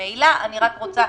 אני רק רוצה